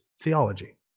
theology